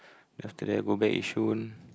after that go back Yishun